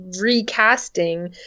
recasting